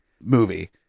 movie